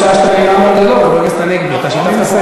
אנחנו בשעה שתיים בלילה, אז תשתף פעולה.